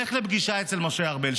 לך לפגישה אצל משה ארבל,